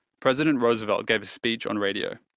president roosevelt gave a speech on radio.